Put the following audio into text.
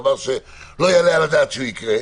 דבר שלא יעלה על הדעת שיקרה,